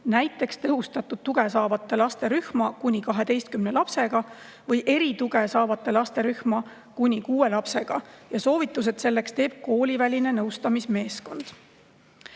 näiteks tõhustatud tuge saavate laste rühma kuni 12 lapsega või erituge saavate laste rühma kuni 6 lapsega. Soovitused selleks teeb kooliväline nõustamismeeskond.